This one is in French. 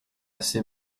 assez